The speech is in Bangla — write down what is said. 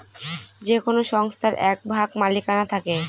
যে কোনো সংস্থার এক ভাগ মালিকানা থাকে